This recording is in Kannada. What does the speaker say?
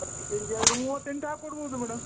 ಹತ್ತು ಕೆ ಜಿ ಆದರೆ ಮೂವತ್ತೆಂಟು ಹಾಕಿ ಕೊಡ್ಬಹುದು ಮೇಡಮ್